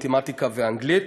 מתמטיקה ואנגלית.